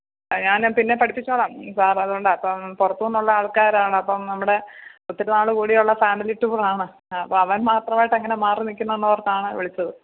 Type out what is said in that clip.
ഞാന് പിന്നെ പഠിപ്പിച്ചോളാം സാറത് കൊണ്ട് അപ്പം പുറത്ത് നിന്നുള്ള ആൾക്കാരാണ് അപ്പം നമ്മുടെ ഒത്തിരി നാളുകൂടിയുള്ള ഫാമിലി ടൂറാണ് അവൻ മാത്രം ആയിട്ടങ്ങനെ മാറി നിൽക്കുന്നേന്നോർത്താണ് വിളിച്ചത്